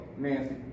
Nancy